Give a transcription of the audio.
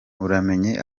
uramenye